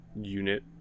unit